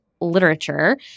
literature